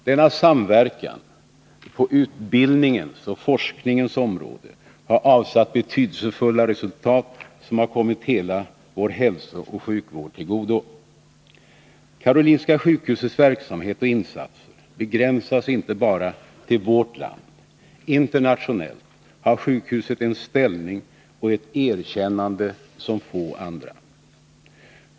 Denna samverkan på utbildningens och forskningens områden har avsatt betydelsefulla resultat, som kommit hela vår hälsooch sjukvård till godo. Karolinska sjukhusets verksamhet och insatser begränsas inte bara till vårt land. Internationellt har sjukhuset en ställning och ett erkännande som få andra.